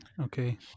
okay